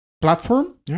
platform